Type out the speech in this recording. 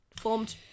formed